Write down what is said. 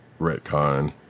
retcon